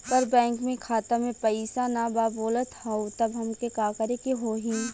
पर बैंक मे खाता मे पयीसा ना बा बोलत हउँव तब हमके का करे के होहीं?